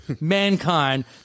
Mankind